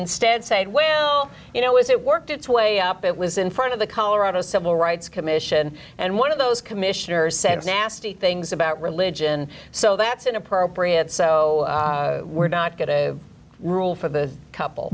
instead said well you know it worked its way up it was in front of the colorado civil rights commission and one of those commissioners said nasty things about religion so that's inappropriate so busy we're not going to rule for the couple